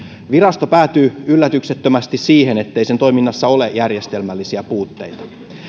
virasto päätyy yllätyksettömästi siihen ettei sen toiminnassa ole järjestelmällisiä puutteita